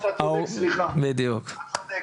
אתה צודק.